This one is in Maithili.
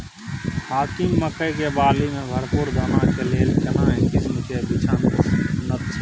हाकीम मकई के बाली में भरपूर दाना के लेल केना किस्म के बिछन उन्नत छैय?